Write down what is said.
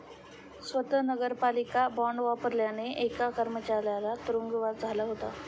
स्वत नगरपालिका बॉंड वापरल्याने एका कर्मचाऱ्याला तुरुंगवास झाला होता